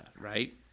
right